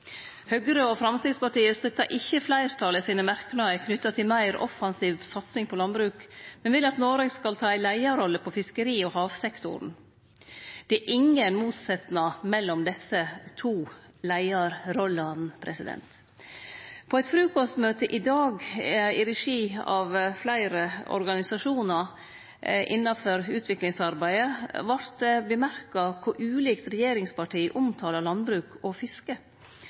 Høgre og Framstegspartiet støttar ikkje fleirtalsmerknadene knytte til meir offensiv satsing på landbruk, men vil at Noreg skal ta ei leiarrolle i fiskeri- og havsektoren. Det er ingen motsetnad mellom desse to leiarrollene. På eit frukostmøte i dag i regi av fleire organisasjonar innanfor utviklingsarbeid vart det merka kor ulikt regjeringspartia omtaler landbruk og fiske.